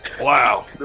Wow